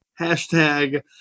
Hashtag